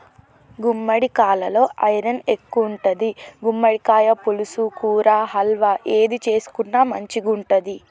గుమ్మడికాలలో ఐరన్ ఎక్కువుంటది, గుమ్మడికాయ పులుసు, కూర, హల్వా ఏది చేసుకున్న మంచిగుంటది